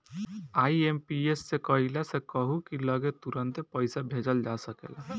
IMPS से कइला से कहू की लगे तुरंते पईसा भेजल जा सकेला